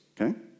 okay